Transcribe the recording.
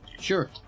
Sure